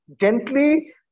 gently